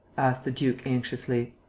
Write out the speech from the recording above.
asked the duke, anxiously.